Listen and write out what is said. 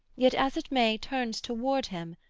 yet, as it may, turns toward him,